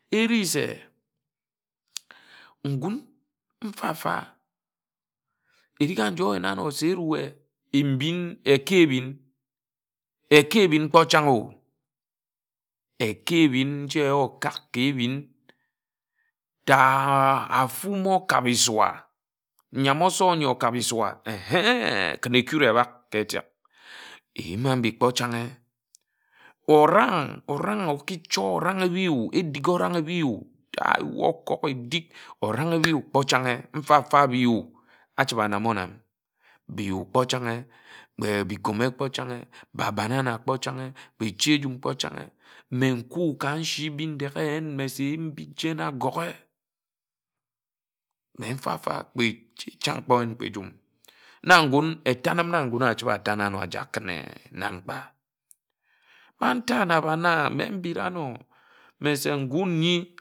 Eri se ngún mfa-mfa erik aji oyen̄a ano se erue mbin̄ eki eki ebin̄ kpo chan̄ o eki ebin̄ nji okāk ka ebin̄ tah. afúm okāb-isua nyam. óso ǹyi okāb-isua cheee ken ekure ebāk etek eyima mbi kp changhe orang orang oki chō orang ábi o edik orang abi o ta weh okuk edik orang abi o edik orang abi o ta weh okúk edik orang ebi chánghe mfa-mfa abi o achibe anām-onam bi'yu kpo chánghe kpe bi gome kpo chánghe ka banana kpo chánghe kpe echi ejum kpo chánghe mme nku ka n̄shi Bindeghe mme se eyin ebim mbi chen agōghe mme mfa-mfa cha nka kpo oyin kpe ejum na ngún etanim na ngún achibe atana áno ajāk kin eh na nkpa kpa nta na abon e mme mbira ano me se ngun nyi.